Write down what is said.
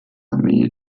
armee